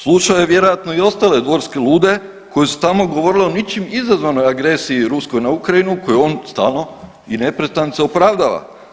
Slušao je vjerojatno i ostale dvorske lude koji su tamo govorili o ničim izazvanoj agresiji ruskoj na Ukrajinu koju on stalo i neprestance opravdava.